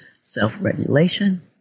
self-regulation